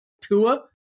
Tua